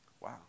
Wow